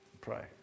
Pray